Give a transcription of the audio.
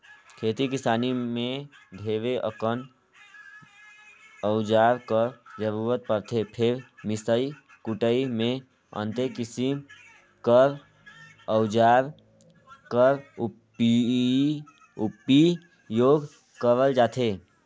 खेती किसानी मे ढेरे अकन अउजार कर जरूरत परथे फेर मिसई कुटई मे अन्ते किसिम कर अउजार कर उपियोग करल जाथे